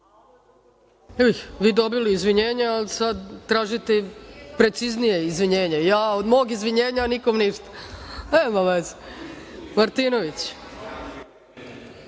Vi dobili izvinjenje, a sad tražite preciznije izvinjenje, a od mog izvinjenja nikom ništa. Nema veze. Martinoviću,